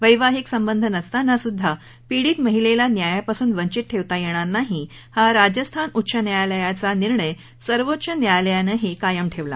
वैवाहिक संबंध नसताना सुद्धा पीडित महिलेला न्यायापासून वंचित ठेवता येणार नाही हा राजस्थान उच्च न्यायालयाचा निर्णय सर्वोच्च न्यायालयानंही कायम ठेवला